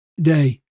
day